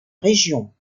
région